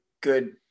good